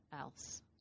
else